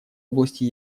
области